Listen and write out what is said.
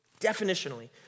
definitionally